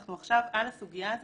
אנחנו עכשיו על הסוגיה הזאת.